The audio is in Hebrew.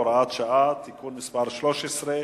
הוראת שעה) (תיקון),